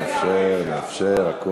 נאפשר, נאפשר, נאפשר.